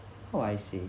oh I see